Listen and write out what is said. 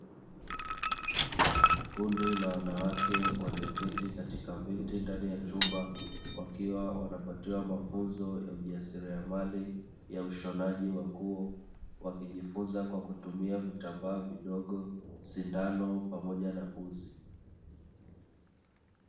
Kundi la wanawake walio keti katika viti ndani ya chumba, wakiwa wanapatiwa mafunzo ya ujasiriamali ya ushonaji wa nguo, wakijifunza kwa kutumia vitambaa vidogo, sindano pamoja na uzi.